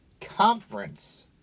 conference